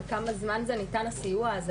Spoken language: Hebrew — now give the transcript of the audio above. לכמה זמן ניתן הסיוע הזה,